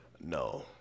no